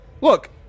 look